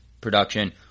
production